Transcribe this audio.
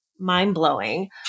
Mind-blowing